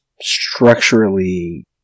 structurally